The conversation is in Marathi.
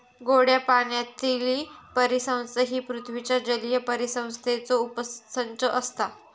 गोड्या पाण्यातीली परिसंस्था ही पृथ्वीच्या जलीय परिसंस्थेचो उपसंच असता